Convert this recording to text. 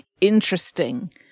interesting